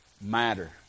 matter